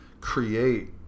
create